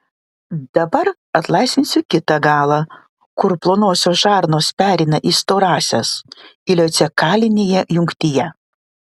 dabar atlaisvinsiu kitą galą kur plonosios žarnos pereina į storąsias ileocekalinėje jungtyje